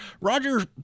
roger